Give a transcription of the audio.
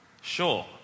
Sure